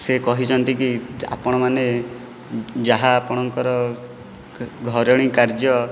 ସେ କହିଛନ୍ତି କି ଆପଣମାନେ ଯାହା ଆପଣଙ୍କର ଘରୋଇ କାର୍ଯ୍ୟ